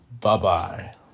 Bye-bye